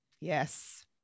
Yes